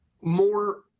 more